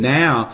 now